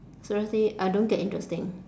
seriously I don't get interesting